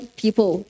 people